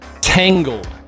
Tangled